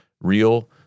real